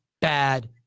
bad